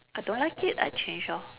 I don't like it I change lor